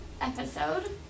episode